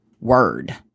word